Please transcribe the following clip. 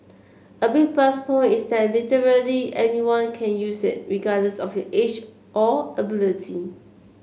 a big plus point is that literally anyone can use it regardless of the age or ability